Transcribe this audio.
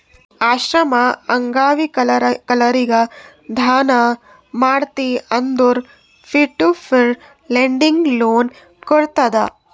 ಆಶ್ರಮ, ಅಂಗವಿಕಲರಿಗ ದಾನ ಮಾಡ್ತಿ ಅಂದುರ್ peer to peer lending loan ಕೋಡ್ತುದ್